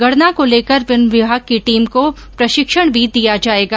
गणना को लेकर वन विभाग की टीम को प्रशिक्षण भी दिया जायेगा